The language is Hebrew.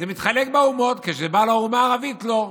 זה מתחלק באומות, וכשזה בא לאומה הערבית, לא.